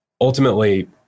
ultimately